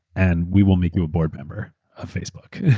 and we will make you a board member of facebook.